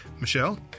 Michelle